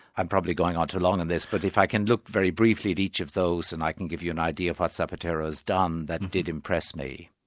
i'm probably going on too long in this, but if i can look very briefly at each of those, and i can give you an idea of what zapatero's done, that did impress me.